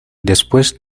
después